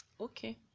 okay